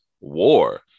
war